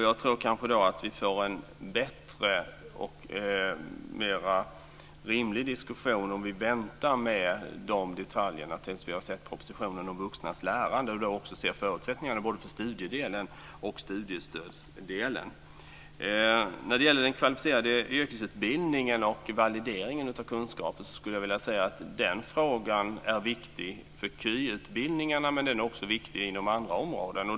Jag tror att vi får en bättre och mer rimlig diskussion om vi väntar med de detaljerna till dess att vi har sett propositionen om vuxnas lärande. Då får vi också se förutsättningarna både för studiedelen och studiestödsdelen. Frågan om den kvalificerade yrkesutbildningen och valideringen av kunskaper är viktig för KY utbildningarna, men den är också viktig på andra områden.